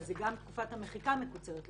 אבל גם תקופת המחיקה מקוצרת לארבע.